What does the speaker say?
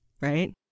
right